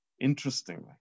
interestingly